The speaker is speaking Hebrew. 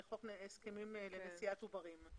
לחוק הסכמים לנשיאת עוברים אומר: